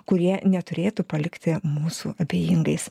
kurie neturėtų palikti mūsų abejingais